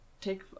Take